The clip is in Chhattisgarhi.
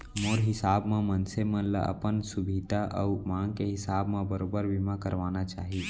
मोर हिसाब म मनसे मन ल अपन सुभीता अउ मांग के हिसाब म बरोबर बीमा करवाना चाही